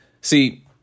See